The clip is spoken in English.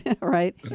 right